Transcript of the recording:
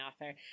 author